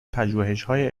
پژوهشهای